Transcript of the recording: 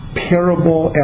parable